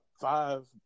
five